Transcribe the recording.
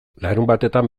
larunbatetan